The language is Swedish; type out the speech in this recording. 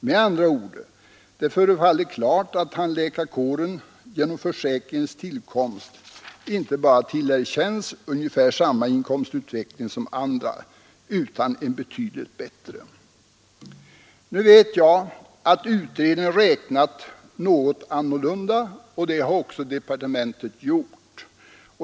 Med andra ord förefaller det klart att tandläkarkåren genom försäkringens tillkomst inte bara tillerkänns ungefär samma inkomstutveckling som andra utan en betydligt bättre. Nu vet jag att utredningen räknat något annorlunda, och det har också departementet gjort.